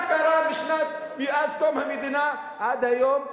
מה קרה מאז קום המדינה עד היום?